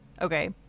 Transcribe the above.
Okay